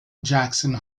jackson